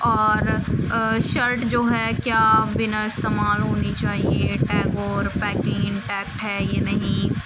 اور شرٹ جو ہے کیا بنا استعمال ہونی چاہیے ٹگ اور پیکن ٹییکٹ ہے یہ نہیں